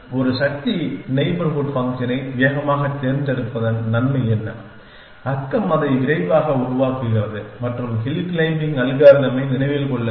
ஒரு சக்தி நெய்பர்ஹூட் ஃபங்க்ஷனை வேகமாகத் தேர்ந்தெடுப்பதன் நன்மை என்ன நெய்பர் அதை விரைவாக உருவாக்குகிறது மற்றும் ஹில் க்ளைம்பிங் அல்காரிதமை நினைவில் கொள்ளுங்கள்